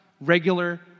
regular